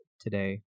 today